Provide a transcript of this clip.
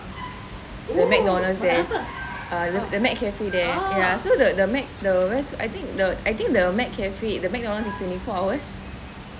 the mcdonald's there the mac cafe there ya so the the mac the west I think the mac cafe the mcdonald's is twenty four hours